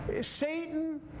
Satan